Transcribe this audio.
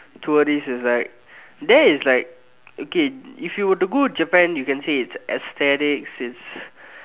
tourist is like there is like okay if you were to go Japan you can say like it's aesthetic it's